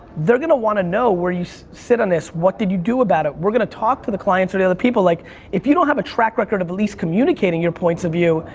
they're gonna want to know where you sit on this. what did you do about it? we're going to talk to the clients or the other people. like if you don't have a track record of least communicating your points of view,